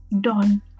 dawn